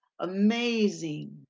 amazing